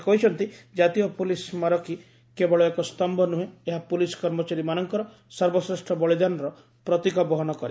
ସେ କହିଛନ୍ତି ଜାତୀୟ ପୋଲିସ୍ ସ୍କାରକୀ କେବଳ ଏକ ସ୍ତମ୍ଭ ନୁହେଁ ଏହା ପୋଲିସ୍ କର୍ମଚାରୀମାନଙ୍କର ସର୍ବଶ୍ରେଷ୍ଠ ବଳିଦାନର ପ୍ରତୀକ ବହନ କରେ